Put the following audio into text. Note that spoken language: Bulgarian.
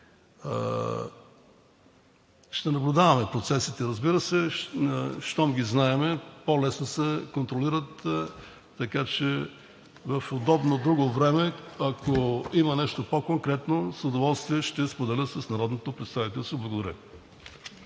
Ще наблюдаваме процесите, разбира се – щом ги знаем, по-лесно се контролират. Така че в удобно друго време, ако има нещо по конкретно, с удоволствие ще споделя с народното представителство. Благодаря